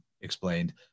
explained